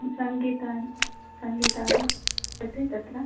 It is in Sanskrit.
सङ्गीतानि सङ्गीतानि कति तत्र